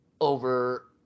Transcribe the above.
over